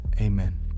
amen